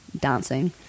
dancing